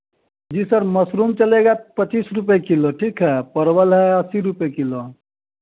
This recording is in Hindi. जी सर मशरूम चलेगा पच्चीस रुपये किलो ठीक है परवल है अस्सी रुपये किलो